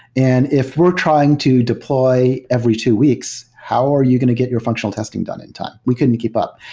and if we're trying to deploy every two weeks, how are you going to get your functional testing done in time? we couldn't keep up,